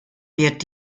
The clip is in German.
wird